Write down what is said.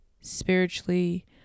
spiritually